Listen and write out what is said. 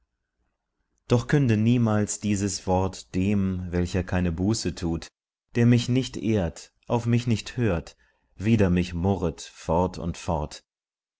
doch künde niemals dieses wort dem welcher keine buße tut der mich nicht ehrt auf mich nicht hört wider mich murret fort und fort